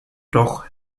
doch